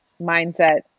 mindset